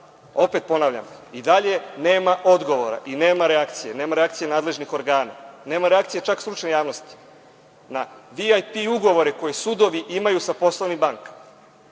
Opet, ponavljam, i dalje nema odgovora i nema reakcije, nema reakcije nadležnih organa, nema reakcije čak stručne javnosti, na VIP ugovore koji sudovi imaju sa poslovnim bankama.